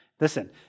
Listen